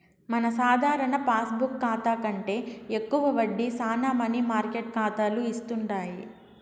మన సాధారణ పాస్బుక్ కాతా కంటే ఎక్కువ వడ్డీ శానా మనీ మార్కెట్ కాతాలు ఇస్తుండాయి